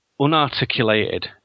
unarticulated